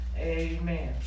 amen